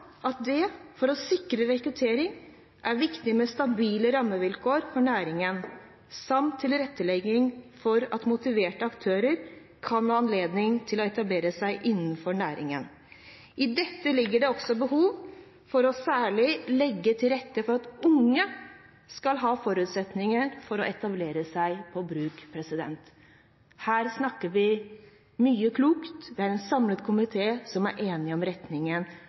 at det, for å sikre økt rekruttering, er viktig med stabile rammevilkår for næringen, samt tilretteleggelse for at motiverte aktører kan ha anledning til å etablere seg innen næringen. I dette ligger også behovet for å særlig legge til rette for at unge skal ha forutsetninger for å etablere seg på bruk.» Her snakker vi mye klokt. Det er en samlet komité som er enig om retningen